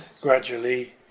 gradually